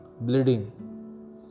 bleeding